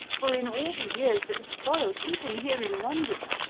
for in all the years that have followed, even here in london,